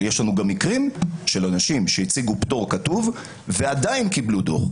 יש לנו גם מקרים של אנשים שהציגו פטור כתוב ועדיין קיבלו דוח,